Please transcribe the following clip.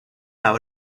las